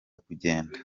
kugenda